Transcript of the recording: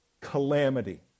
calamity